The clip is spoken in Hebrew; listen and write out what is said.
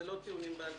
לא טיעונים בעל פה.